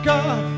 God